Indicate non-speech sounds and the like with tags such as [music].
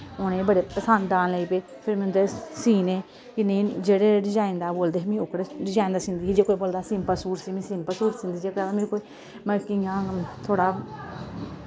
उनें बड़े पसंद आन लगी पे फिर में उंदे सीह्ने कि नेईं जेह्ड़े जेह्ड़े डिजाईन दा बोलदे हे में ओह्के डिजाईन दा सीह्दी ही जे कोई बोलदा हा सिंपल सूट सी में सिंपल सूट सीह्दी ही जे कोई [unintelligible] मतलव कि इ'यां थोह्ड़ा